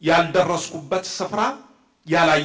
yeah yeah i